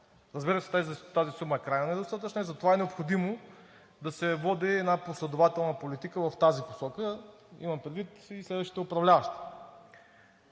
Разбира се, тази сума е крайно недостатъчна и затова е необходимо да се води една последователна политика в тази посока, имам предвид и следващите управляващи.